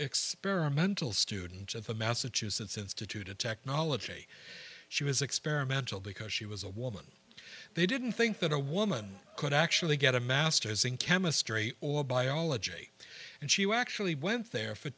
experimental student at the massachusetts institute of technology she was experimental because she was a woman they didn't think that a woman could actually get a master's in chemistry or biology and she actually went there for